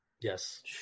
Yes